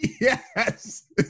Yes